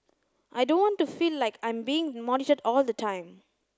I don't want to feel like I'm being monitored all the time